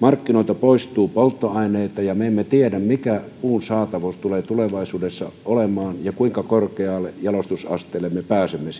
markkinoilta poistuu polttoaineita emmekä me tiedä mikä puun saatavuus tulee tulevaisuudessa olemaan ja kuinka korkealle jalostusasteelle me pääsemme